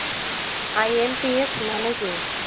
IMPS মানে কি?